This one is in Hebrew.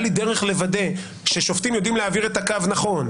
לי דרך לוודא ששופטים יודעים להעביר את הקו נכון,